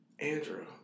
Andrew